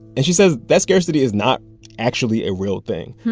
and she says that scarcity is not actually a real thing.